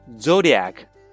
zodiac